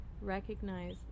recognize